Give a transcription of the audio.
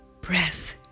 breath